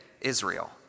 Israel